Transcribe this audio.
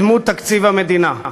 בדמות תקציב המדינה.